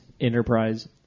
enterprise